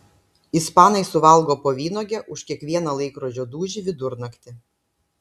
ispanai suvalgo po vynuogę už kiekvieną laikrodžio dūžį vidurnaktį